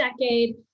decade